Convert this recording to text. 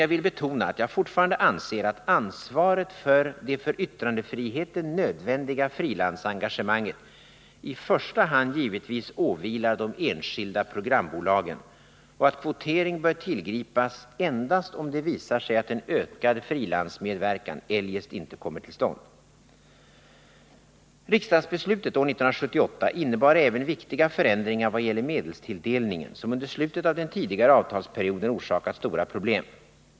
Jag vill emellertid betona att jag fortfarande anser att ansvaret för det för yttrandefriheten nödvändiga frilansengagemanget i första hand givetvis åvilar de enskilda programbolagen och att kvotering bör tillgripas endast om det visar sig att en ökad frilansmedverkan eljest inte kommer till stånd. Riksdagsbeslutet år 1978 innebar även viktiga förändringar vad gäller medelstilldelningen, som under slutet av den tidigare avtalsperioden orsakat stora problem.